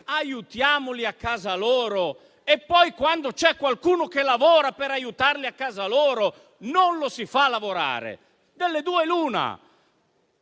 "aiutiamoli a casa loro" e poi, quando c'è qualcuno che lavora per aiutarli a casa loro, non lo si fa lavorare. Delle due l'una.